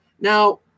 now